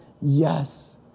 yes